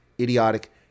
idiotic